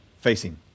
facing